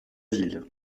ville